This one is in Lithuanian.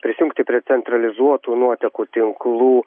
prisijungti prie centralizuotų nuotekų tinklų